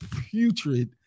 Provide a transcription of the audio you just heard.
putrid